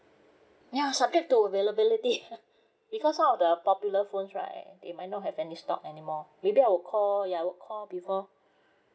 ya subject to availability because all of the popular phones right they might not have any stock anymore maybe I will call ya I will call before